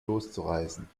loszureißen